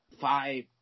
five